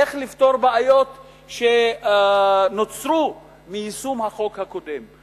איך לפתור בעיות שנוצרו מיישום החוק הקודם.